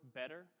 better